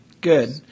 Good